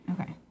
Okay